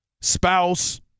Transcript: spouse